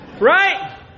Right